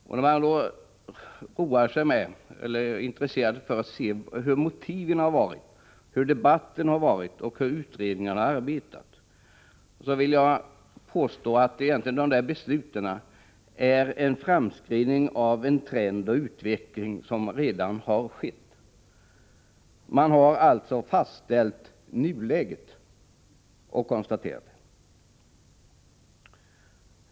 Om man studerar motiven för besluten och tar del av debatten och utredningsarbetet, finner man att dessa beslut egentligen varit en framskrivning av en utveckling som redan ägt rum. Man har alltså anpassat sig till det läge som rådde.